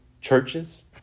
churches